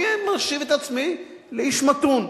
אני מחשיב את עצמי לאיש מתון,